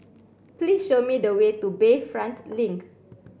please show me the way to Bayfront Link